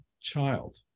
child